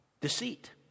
Deceit